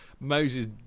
Moses